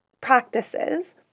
practices